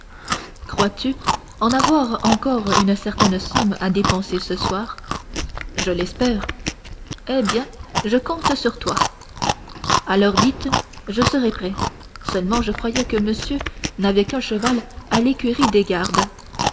crois-tu en avoir encore une certaine somme à dépenser ce soir je l'espère eh bien je compte sur toi à l'heure dite je serai prêt seulement je croyais que monsieur n'avait qu'un cheval à l'écurie des gardes